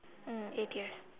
mm eight years